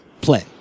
play